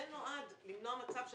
זה נועד למנוע מצב,